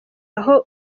aho